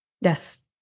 Yes